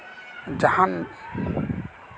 ᱡᱟᱦᱟᱱ